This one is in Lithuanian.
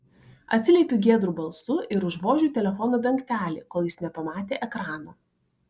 atsiliepiu giedru balsu ir užvožiu telefono dangtelį kol jis nepamatė ekrano